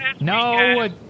No